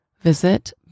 Visit